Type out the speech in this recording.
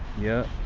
yep